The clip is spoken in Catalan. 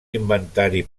inventari